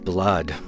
Blood